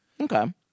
Okay